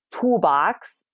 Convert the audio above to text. toolbox